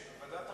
יש, בהחלט יש.